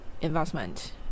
investment